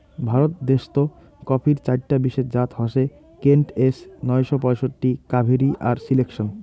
ভারত দেশ্ত কফির চাইরটা বিশেষ জাত হসে কেন্ট, এস নয়শো পঁয়ষট্টি, কাভেরি আর সিলেকশন